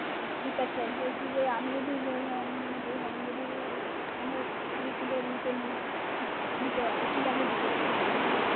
আচ্ছা ঠিক আছে বলছি যে আমি যদি মনে করুন আমি যদি কুড়ি পনেরো কুড়ি কিলোর মতো নিই ঠিক দিতে পারেন কি দামে দিতে পারবেন আপনি